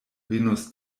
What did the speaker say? venos